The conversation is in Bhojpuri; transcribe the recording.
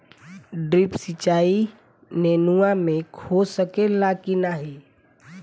ड्रिप सिंचाई नेनुआ में हो सकेला की नाही?